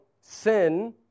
sin